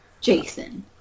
Jason